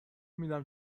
میدم